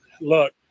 look